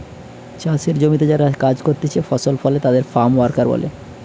চাষের জমিতে যারা কাজ করতিছে ফসল ফলে তাদের ফার্ম ওয়ার্কার বলে